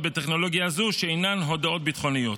בטכנולוגיה זו שאינן הודעות ביטחוניות.